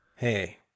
Hey